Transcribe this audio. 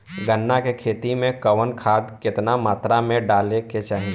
गन्ना के खेती में कवन खाद केतना मात्रा में डाले के चाही?